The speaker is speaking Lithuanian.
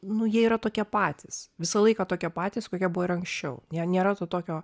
nu jie yra tokie patys visą laiką tokie patys kokie buvo ir anksčiau nė nėra to tokio